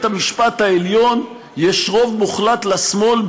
המשפט העליון יש רוב מוחלט לשמאל,